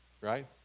Right